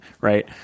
right